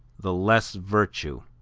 the less virtue